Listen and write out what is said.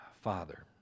Father